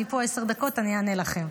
אני פה עשר דקות ואני אענה לכם.